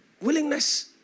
Willingness